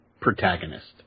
protagonist